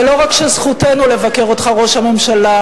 ולא רק שזכותנו לבקר אותך, ראש הממשלה.